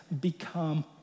become